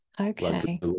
Okay